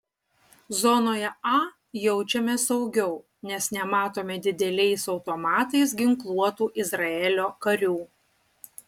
zonoje a jaučiamės saugiau nes nematome dideliais automatais ginkluotų izraelio karių